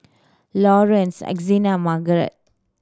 Lawerence Hezekiah Marget